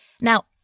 Now